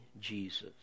Jesus